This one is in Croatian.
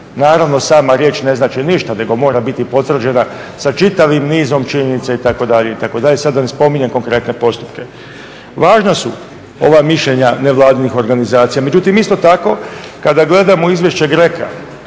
Naravno sama riječ ne znači ništa nego mora biti potvrđena sa čitavim nizom činjenica itd., itd. sada da ne spominjem konkretne postupke. Važna su ova mišljenja nevladinih organizacija, međutim isto tako kada gledamo izvješće GRECO-a